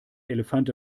elefant